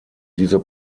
diese